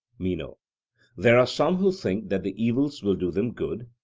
meno there are some who think that the evils will do them good,